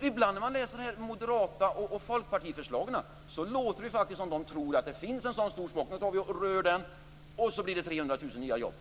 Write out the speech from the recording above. Ibland när man läser moderata och folkpartiförslag får man intrycket att de tror att det finns en sådan stor ratt. Om man rör den blir det 300 000 nya jobb.